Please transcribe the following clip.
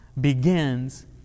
begins